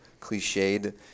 cliched